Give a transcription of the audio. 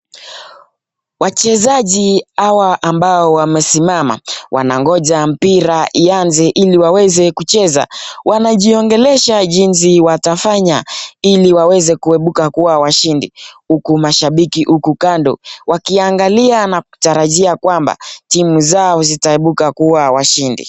Wachezaji hawa ambao wamesimama, wanangoja mpira ianze ili waweze kucheza. Wanajiongelesha jinsi watafanya, ili waweze kuibuka kuwa washindi, huku mashabiki huku kando, wakiangalia na kutarajia kwamba timu zao zitaibuka kuwa washindi.